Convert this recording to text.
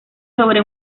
sobre